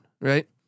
right